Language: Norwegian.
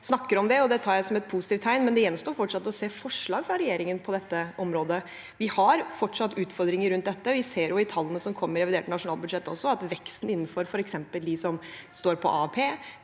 det tar jeg som et positivt tegn, men det gjenstår fortsatt å se forslag fra regjeringen på dette området. Vi har fortsatt utfordringer rundt dette. Vi ser også i tallene som kom i revidert nasjonalbudsjett, at veksten i antallet som står på AAP,